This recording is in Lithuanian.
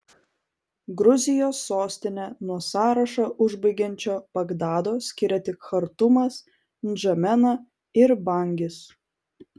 gruzijos sostinę nuo sąrašą užbaigiančio bagdado skiria tik chartumas ndžamena ir bangis